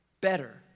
better